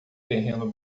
terreno